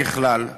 ככלל.